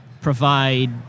provide